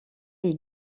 est